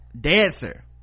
dancer